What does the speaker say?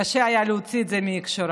קשה היה להוציא את זה מהקשרו.